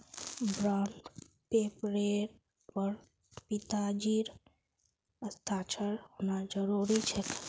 bond पेपरेर पर पिताजीर हस्ताक्षर होना जरूरी छेक